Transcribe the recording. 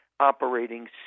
operating